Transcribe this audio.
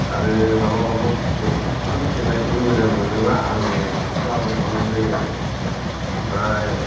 आरो मालाबा मालाबा फट फोर खेबनायफोर मोजां मोनोबा आङो फट खौ आपल'ड खालामनाय जायो आरो ओमफ्राय